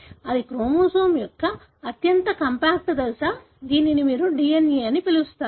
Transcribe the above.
ఇది క్రోమోజోమ్ యొక్క అత్యంత కాంపాక్ట్ దశ మరియు దీనిని మీరు DNA అని పిలుస్తారు